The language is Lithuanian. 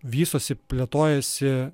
vystosi plėtojasi